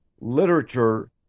literature